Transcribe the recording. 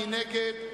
מי נגד?